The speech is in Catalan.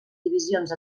divisions